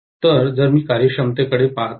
तर जर मी कार्यक्षमतेकडे पहात आहे